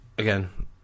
again